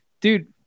dude